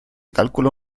cálculo